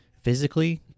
physically